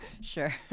sure